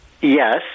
Yes